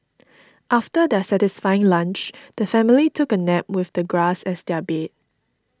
after their satisfying lunch the family took a nap with the grass as their bed